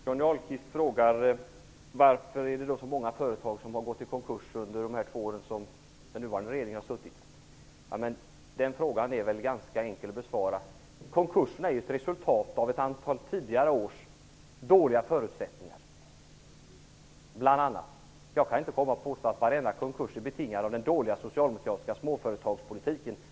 Herr talman! Johnny Ahlqvist frågar varför så många företag har gått i konkurs under de två år som den nuvarande regeringen har suttit vid makten. Den frågan är ganska enkel att besvara. Konkurserna är ett resultat bl.a. av ett antal tidigare års dåliga förutsättningar. Jag kan inte påstå att varenda konkurs är orsakad av den dåliga socialdemokratiska småföretagspolitiken.